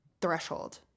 threshold